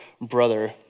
brother